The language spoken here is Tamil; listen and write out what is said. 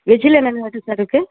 வெஜ்ஜில் என்னென்ன ஐட்டம் சார் இருக்குது